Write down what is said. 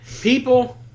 people